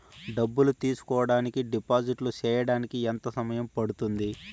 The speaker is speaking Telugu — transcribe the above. డబ్బులు తీసుకోడానికి డిపాజిట్లు సేయడానికి ఎంత సమయం పడ్తుంది